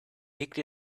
picked